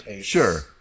Sure